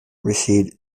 rashid